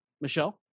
Michelle